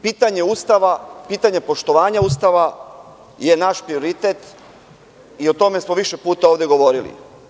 Pitanje poštovanja Ustava je naš prioritet i o tome smo više puta ovde govorili.